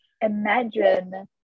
Imagine